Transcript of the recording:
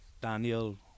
Daniel